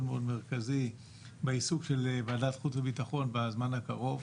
מאוד מרכזי בעיסוק של ועדת החוץ והביטחון בזמן הקרוב,